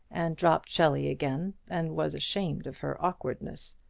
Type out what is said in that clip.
and dropped shelley again, and was ashamed of her awkwardness.